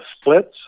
splits